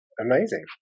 amazing